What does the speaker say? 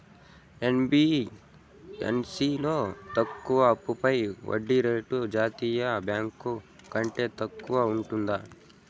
NBFC లో తీసుకున్న అప్పుపై వడ్డీ రేటు జాతీయ బ్యాంకు ల కంటే తక్కువ ఉంటుందా?